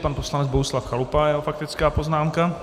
Pan poslanec Bohuslav Chalupa a jeho faktická poznámka.